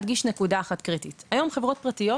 חשוב להדגיש נקודה אחת קריטית: היום חברות פרטיות,